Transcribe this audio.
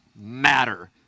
matter